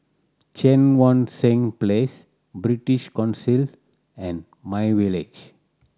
Cheang Wan Seng Place British Council and my Village